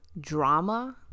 drama